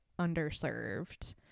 underserved